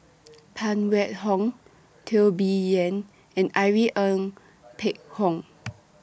Phan Wait Hong Teo Bee Yen and Irene Ng Phek Hoong